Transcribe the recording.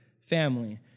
family